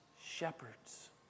shepherds